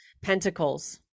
pentacles